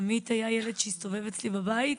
עמית היה ילד שהסתובב אצלי בבית,